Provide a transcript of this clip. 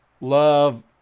Love